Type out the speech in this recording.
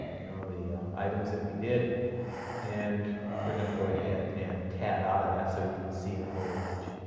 you know, the items that we did and we're going to go ahead and tab out of that so you can see the whole image.